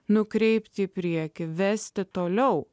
nukreipti į priekį vesti toliau